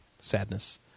sadness